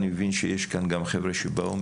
אני מבין שיש כאן גם חבר'ה שבאו